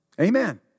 Amen